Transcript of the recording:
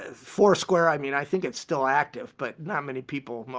ah foursquare. i mean, i think it's still active but not many people,